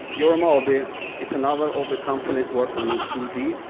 joroma ab is another of the companies working with two d,